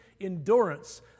endurance